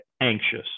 anxious